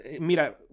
mira